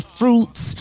fruits